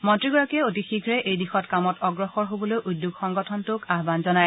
মন্ত্ৰীগৰাকীয়ে অতি শীয়ে এই দিশত কামত অগ্ৰসৰ হ'বলৈ হ'বলৈ উদ্যোগ সংগঠনটোক আহান জনায়